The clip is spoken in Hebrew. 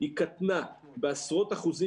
קטנה בעשרות אחוזים